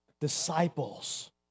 Disciples